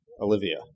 Olivia